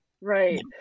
Right